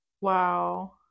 Wow